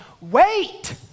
wait